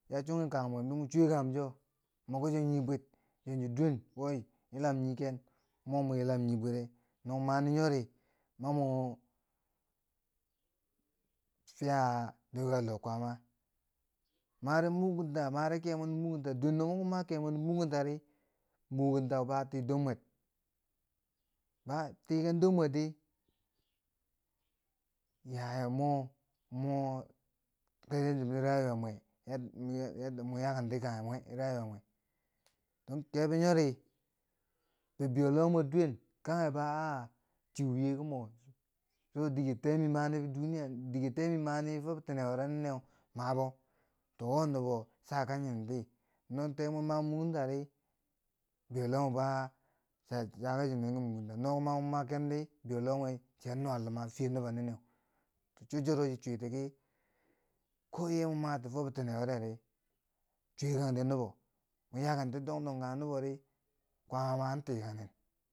Yaa chunghi kabum mwem di mon chwyekanghum cho, moki chon nii bwir, yanzu duwen wo yilam nii ken, mo mwa yilam nii bwire, no mo mani nyori, ma mo fiya doka loh kwaama mare mugunta, mare kemwe nin mugunta, duwen no moki mwa ma kemwe nin mugunta ri, mugunta bo a tii dor mwer. La tiken dor mwer di, yaya mo, mo kasance ti rayuwa mwe, eh yadda mo, mo yakenti ki rayuwa mwe, kebo nyori, bibeiyo loh mwe duwen kanghe ki a'a chi wiye ki mo to dike temi mani duniya, dike temi mani fo bitine wuro ninneu mabo, to wo nubo saka nyinenti no temwe ma muguntari, bibeiyo loh mwe baa saka chinen ki mugunta, no kuma mo ma ken di bibeiyo loh mwe chiyan nuwa luma fiya nubo ninne, cho chiro chi cwiti ki, ko ye mwa mati fo bitine wureri, chwyekangde nubo mun yakenti dongdong kanghe nubori, kwaama an tikang nen.